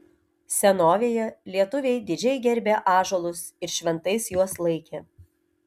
senovėje lietuviai didžiai gerbė ąžuolus ir šventais juos laikė